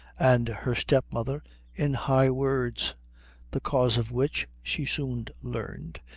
and her step-mother in high words the cause of which, she soon learned,